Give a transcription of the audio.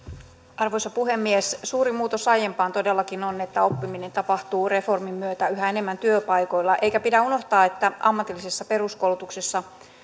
arvoisa puhemies suuri muutos aiempaan todellakin on että oppiminen tapahtuu reformin myötä yhä enemmän työpaikoilla eikä pidä unohtaa että ammatillisessa peruskoulutuksessa